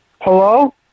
Hello